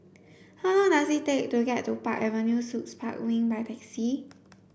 how long does it take to get to Park Avenue Suites Park Wing by taxi